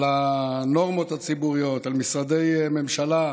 על הנורמות הציבוריות, על משרדי ממשלה,